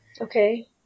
Okay